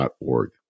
.org